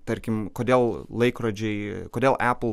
tarkim kodėl laikrodžiai kodėl apple